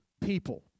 people